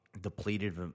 depleted